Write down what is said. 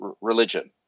religion